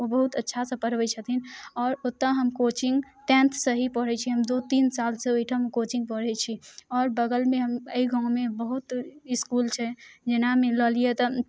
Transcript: ओ बहुत अच्छासँ पढ़बै छथिन आओर ओतऽ हम कोचिंग टेन्थसँ ही पढ़ै छियै हम दू तीन सालसँ ओहिठाम कोचिंग पढ़ै छी आओर बगलमे हम अइ गाँवमे तऽ इसकूल छै जेना मिलल यऽ तऽ